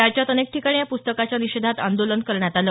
राज्यात अनेक ठिकाणी या प्स्तकाच्या निषेधात आंदोलन करण्यात आलं